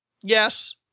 Yes